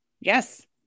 Yes